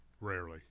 Rarely